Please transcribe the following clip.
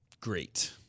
great